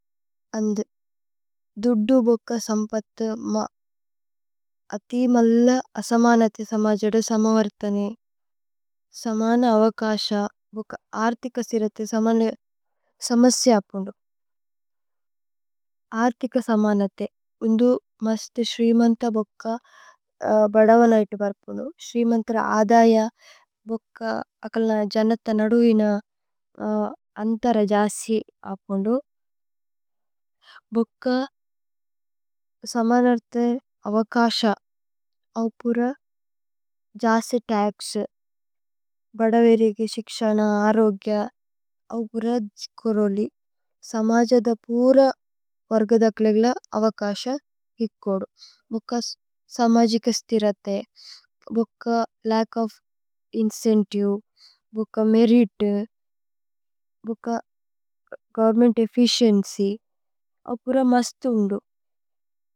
ദുദ്ദു ബുക്ക സമ്പത്മ മല്ല അസമനതേ। സമജദ സമവര്തനേ സമന അവകശ ബുക്ക ആര്തിക। സിരതേ സമനേ സമസ്യ അപുന്ദു ആര്തിക। സമനതേ ഉന്ദു മസ്തു ശ്രീമന്ത ബുക്ക ബദവനൈതു। ബര്പുനു ശ്രീമന്തര അദയ ബുക്ക അകലന ജനത। നദുഇന അന്തര ജസി അപുന്ദു ഭുക്ക। സമനര്തേ അവകശ ഔ പുര ജസി തക്സ് ബദവേരേകേ। ശിക്ശന അരോഗ്യ ഔ പുര ജ്കോരോലി സമജദ പുര। വര്ഗദകലേഗ അവകശ ഇക്കോദു ബുക്ക സമജിക। സിരതേ ബുക്ക ലച്ക് ഓഫ് ഇന്ചേന്തിവേ ബുക്ക മേരിത് ബുക്ക। ഗോവേര്ന്മേന്ത് ഏഫ്ഫിചിഏന്ച്യ് ഔ പുര മസ്തു ഉന്ദു।